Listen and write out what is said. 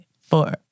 four